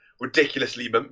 ridiculously